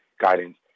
guidance